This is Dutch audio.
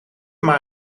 maar